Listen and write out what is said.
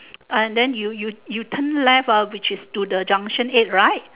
uh then you you you turn left ah which is to the junction-eight right